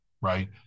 Right